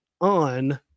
on